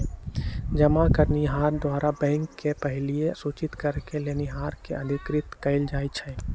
जमा करनिहार द्वारा बैंक के पहिलहि सूचित करेके लेनिहार के अधिकृत कएल जाइ छइ